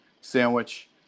sandwich